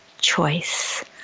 choice